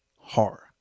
Horror